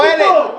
בוא אלינו.